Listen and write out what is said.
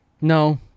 No